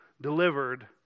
delivered